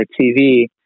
TV